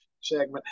segment